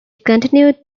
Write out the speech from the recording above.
continued